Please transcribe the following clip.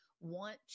want